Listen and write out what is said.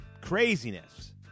craziness